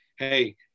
hey